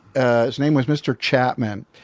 ah his name was mr. chapman.